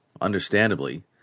understandably